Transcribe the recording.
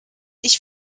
ich